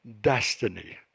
destiny